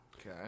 Okay